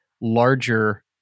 larger